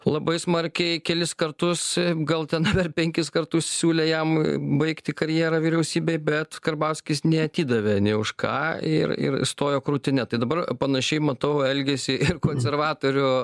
labai smarkiai kelis kartus gal ten dar penkis kartus siūlė jam baigti karjerą vyriausybėj bet karbauskis neatidavė nė už ką ir ir stojo krūtine tai dabar panašiai matau elgesį ir konservatorių